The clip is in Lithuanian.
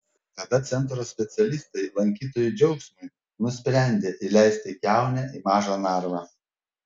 tada centro specialistai lankytojų džiaugsmui nusprendė įleisti kiaunę į mažą narvą